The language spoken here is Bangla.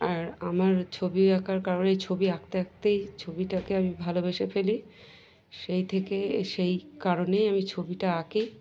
আর আমার ছবি আঁকার কারণে ছবি আঁকতে আঁকতেই ছবিটাকে আমি ভালোবেসে ফেলি সেই থেকে সেই কারণেই আমি ছবিটা আঁকি